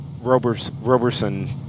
Roberson